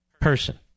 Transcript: person